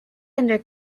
under